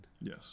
yes